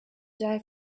die